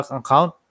account